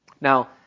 Now